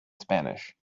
spanish